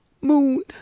moon